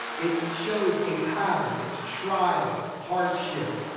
it shows a pattern. it's trial. hardship.